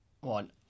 One